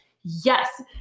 yes